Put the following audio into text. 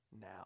now